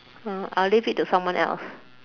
uh I'll leave it to someone else